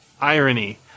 irony